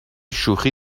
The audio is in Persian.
شوخی